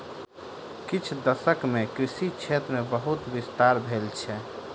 किछ दशक मे कृषि क्षेत्र मे बहुत विस्तार भेल छै